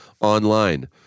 online